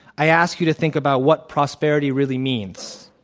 i ask you to think about what prosperity really means.